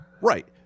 Right